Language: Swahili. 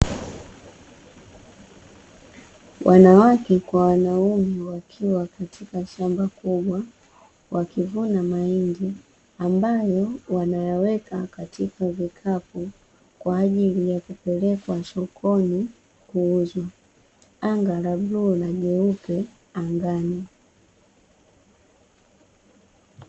Wanawake kwa wanaume wakiwa katika shamba kubwa wakivuna mahindi, ambayo wanayaweka katika vikapu kwa ajili ya kupelekwa sokoni kuuzwa. Anga la bluu na jeupe angani.